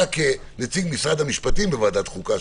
אתה כנציג משרד המשפטים בוועדת החוקה,